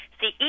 See